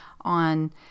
on